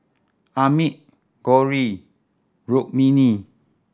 Amit Gauri Rukmini